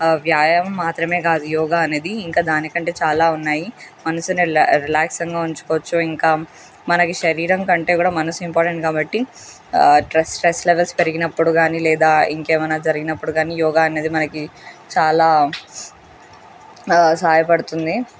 వ్యాయామం మాత్రమే కాదు యోగా అనేది ఇంకా దానికంటే చాలా ఉన్నాయి మనసుని రిలా రిలాక్సన్గా ఉంచుకోవచ్చు ఇంకా మనకి శరీరం కంటే కూడా మనం ఇంపార్టెంట్ కాబట్టి ట్రెస్ స్ట్రెస్ లెవెల్స్ పెరిగినప్పుడు కాని లేదా ఇంకేమైనా జరిగినప్పుడు కానీ యోగా అనేది మనకి చాలా సహాయపడుతుంది